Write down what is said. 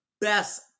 best